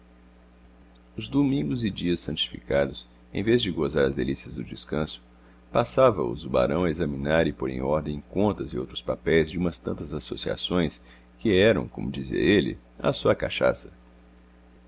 os domingos e dias santificados em vez de gozar as delícias do descanso passava-os o barão a examinar e pôr em ordem contas e outros papéis de umas tantas associações que eram como dizia ele a sua cachaça